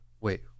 wait